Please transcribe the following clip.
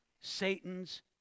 Satan's